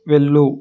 వెళ్ళు